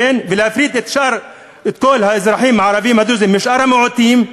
ולהפריד את כל האזרחים הערבים הדרוזים משאר המיעוטים,